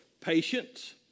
patience